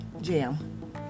jam